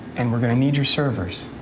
and we're gonna need your servers.